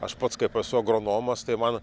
aš pats kaip esu agronomas tai man